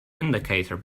indicator